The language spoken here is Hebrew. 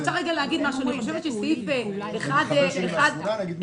בסעיף 1(4)